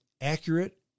accurate